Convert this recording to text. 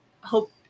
Hope